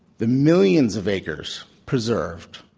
the millions of acres preserved,